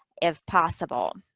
if possible.